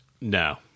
No